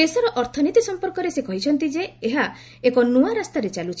ଦେଶର ଅର୍ଥନୀତି ସଂପର୍କରେ ସେ କହିଛନ୍ତି ଯେ ଏହା ଏକ ନୂଆ ରାସ୍ତାରେ ଚାଲୁଛି